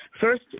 first